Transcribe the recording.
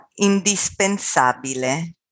indispensabile